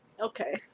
Okay